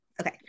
Okay